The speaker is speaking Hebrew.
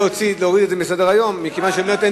היא מציעה להוריד את זה מסדר-היום כי היא אומרת שאין תועלת.